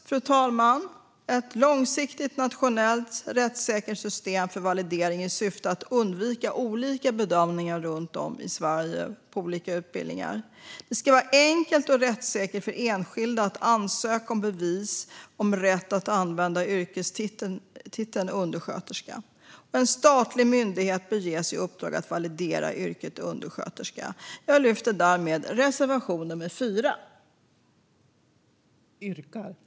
Det behövs ett långsiktigt nationellt rättssäkert system för validering i syfte att undvika olika bedömningar runt om i Sverige på olika utbildningar. Det ska vara enkelt och rättssäkert för enskilda att ansöka om bevis om rätt att använda yrkestiteln undersköterska. En statlig myndighet bör ges i uppdrag att validera yrket undersköterska.